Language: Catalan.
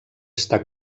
està